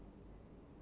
mm